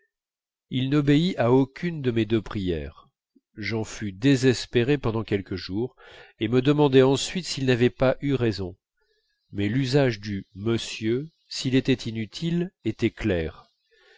il n'obéit à aucune de mes deux prières j'en fus désespéré pendant quelques jours et me demandai ensuite s'il n'avait pas eu raison mais l'usage du mr s'il était inutile était clair